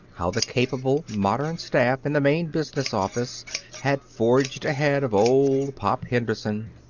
how the capable, modern staff in the main business office had forged ahead of old pop henderson.